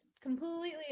completely